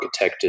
architected